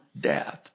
death